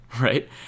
right